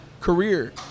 career